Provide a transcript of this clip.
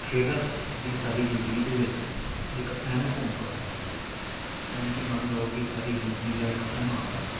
ਖੇਡਾਂ ਸ ਦੀ ਸਾਡੀ ਜ਼ਿੰਦਗੀ ਦੇ ਵਿੱਚ ਇੱਕ ਅਹਿਮ ਭੂਮਿਕਾ ਹੈ ਯਾਨੀ ਕਿ ਮੰਨ ਲਉ ਕਿ ਸਾਡੀ ਜ਼ਿੰਦਗੀ ਦਾ ਇੱਕ ਅਹਿਮ ਅੰਗ ਹਨ